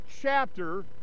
chapter